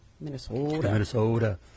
Minnesota